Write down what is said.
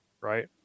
Right